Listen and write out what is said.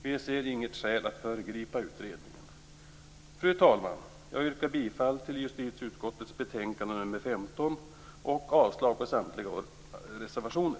Vi ser inget skäl att föregripa utredningen. Fru talman! Jag yrkar bifall till hemställan i justitieutskottets betänkande nr 15 och avslag på samtliga reservationer.